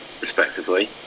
respectively